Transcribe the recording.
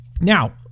Now